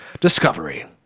discovery